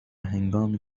هنگامی